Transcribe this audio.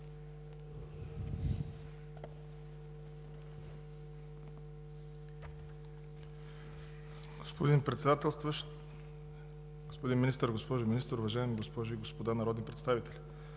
Господин Председателстващ, господин Министър, госпожо Министър, уважаеми госпожи и господа народни представители!